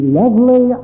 lovely